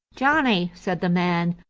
johnny, said the man,